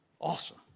awesome